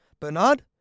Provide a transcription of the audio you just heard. Bernard